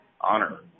honor